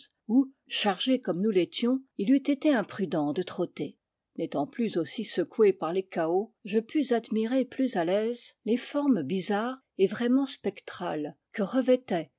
où chargés comme nous l'étions il eût été imprudent de trotter n'étant plus aussi secoué par les cahots je pus admirer plus à l'aise les formes bizarres et vraiment spectrales que revêtaient